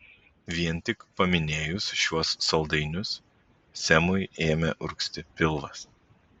vien tik paminėjus šiuos saldainius semui ėmė urgzti pilvas